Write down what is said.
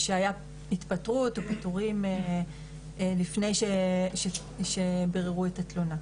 שהייתה התפטרות או פיטורים לפני שביררו את התלונה.